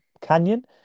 Canyon